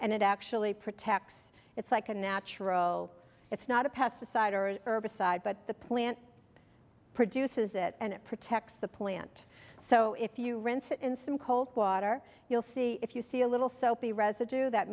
and it actually protects it's like a natural it's not a pesticide or a herbicide but the plant produces it and it protects the plant so if you rinse it in some cold water you'll see if you see a little soapy residue that